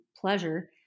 pleasure